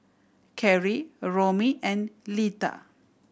Kerry Romie and Litha